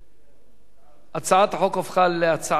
הצעת החוק הפכה להצעה לסדר-היום, בהתאם